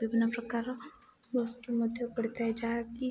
ବିଭିନ୍ନ ପ୍ରକାର ବସ୍ତୁ ମଧ୍ୟ ପଡ଼ିଥାଏ ଯାହାକି